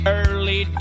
early